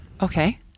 Okay